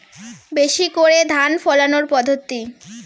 বেশি করে ধান ফলানোর পদ্ধতি?